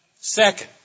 Second